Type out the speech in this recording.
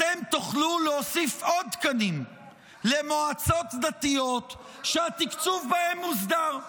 אתם תוכלו להוסיף עוד תקנים למועצות דתיות שהתקצוב בהן מוסדר.